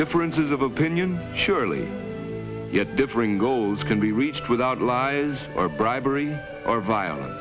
differences of opinion surely get differing goals can be reached without lies or bribery or violence